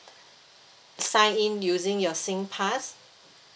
sign in using your singpass